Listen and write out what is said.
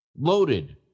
loaded